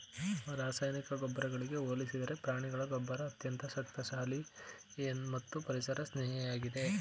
ರಾಸಾಯನಿಕ ಗೊಬ್ಬರಗಳಿಗೆ ಹೋಲಿಸಿದರೆ ಪ್ರಾಣಿಗಳ ಗೊಬ್ಬರ ಅತ್ಯಂತ ಶಕ್ತಿಶಾಲಿ ಮತ್ತು ಪರಿಸರ ಸ್ನೇಹಿಯಾಗಿದೆ